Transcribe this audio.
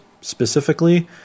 specifically